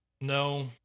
no